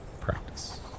practice